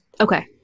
Okay